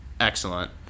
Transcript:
excellent